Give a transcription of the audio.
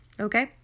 okay